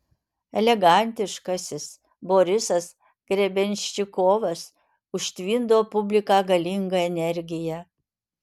elegantiškasis borisas grebenščikovas užtvindo publiką galinga energija